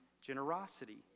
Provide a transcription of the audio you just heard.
generosity